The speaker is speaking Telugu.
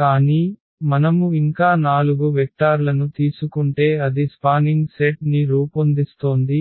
కానీ మనము ఇంకా 4 వెక్టార్లను తీసుకుంటే అది స్పానింగ్ సెట్ ని రూపొందిస్తోంది